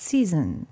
Season